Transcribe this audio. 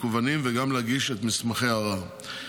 המקוונים וגם להגיש את מסמכי הערר.